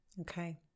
Okay